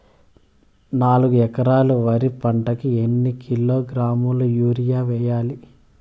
నాలుగు ఎకరాలు వరి పంటకి ఎన్ని కిలోగ్రాముల యూరియ వేయాలి?